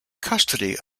custody